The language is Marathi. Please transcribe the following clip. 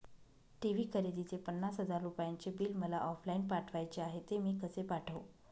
टी.वी खरेदीचे पन्नास हजार रुपयांचे बिल मला ऑफलाईन पाठवायचे आहे, ते मी कसे पाठवू?